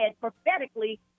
prophetically